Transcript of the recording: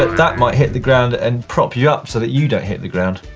that might hit the ground and prop you up so that you don't hit the ground.